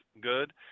good